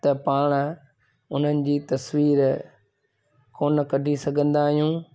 त पाण उन्हनि जी तस्वीर कोन कढीं सघंदा आहियूं